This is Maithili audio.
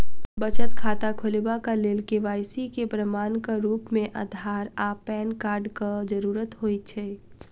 बचत खाता खोलेबाक लेल के.वाई.सी केँ प्रमाणक रूप मेँ अधार आ पैन कार्डक जरूरत होइ छै